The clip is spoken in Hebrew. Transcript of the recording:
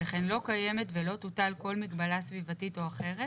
וכן לא קיימת ולא תוטל כל מגבלה סביבתית או אחרת